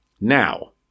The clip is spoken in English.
Now